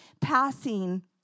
passing